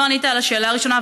לא ענית על השאלה הראשונה,